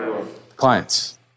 Clients